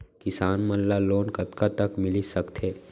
किसान मन ला लोन कतका तक मिलिस सकथे?